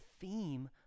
theme